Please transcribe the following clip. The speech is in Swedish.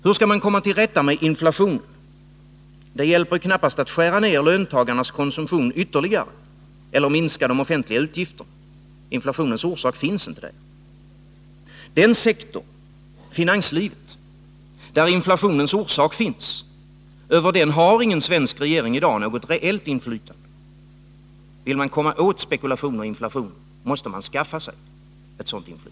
Hur skall man komma till rätta med inflationen? Det hjälper knappast att skära ner löntagarnas konsumtion ytterligare eller att minska de offentliga utgifterna — inflationens orsak finns inte där. Den sektor — finanslivet — där inflationens orsak finns, har ingen svensk regering i dag något rejält inflytande över. Vill man komma åt spekulation och inflation, måste man skaffa sig ett sådant inflytande.